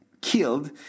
killed